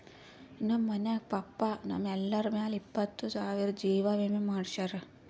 ನಮ್ ಮನ್ಯಾಗ ಪಪ್ಪಾ ನಮ್ ಎಲ್ಲರ ಮ್ಯಾಲ ಇಪ್ಪತ್ತು ಸಾವಿರ್ದು ಜೀವಾ ವಿಮೆ ಮಾಡ್ಸ್ಯಾರ